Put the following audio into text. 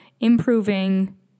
Improving